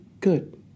good